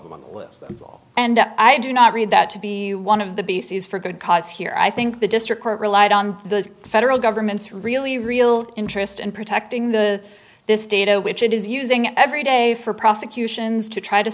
will and i do not read that to be one of the bases for good cause here i think the district court relied on the federal government's really real interest in protecting the this data which it is using every day for prosecutions to try to